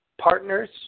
partners